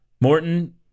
Morton